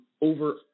over